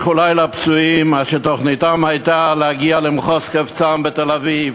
איחולי לפצועים אשר תוכניתם הייתה להגיע למחוז חפצם בתל-אביב,